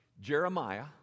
Jeremiah